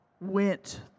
went